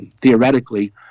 theoretically